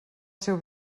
seu